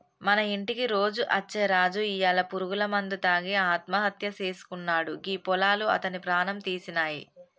మన ఇంటికి రోజు అచ్చే రాజు ఇయ్యాల పురుగుల మందు తాగి ఆత్మహత్య సేసుకున్నాడు గీ పొలాలు అతని ప్రాణం తీసినాయి